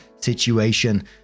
situation